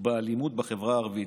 ובאלימות בחברה הערבית,